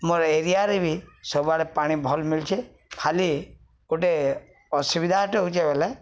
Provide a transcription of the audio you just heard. ଆମର୍ ଏରିଆରେ ବି ସବୁଆଡ଼େ ପାଣି ଭଲ୍ ମିଳଚେ ଖାଲି ଗୋଟେ ଅସୁବିଧାଟେ ହଉଚେ ବଲେ